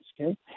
okay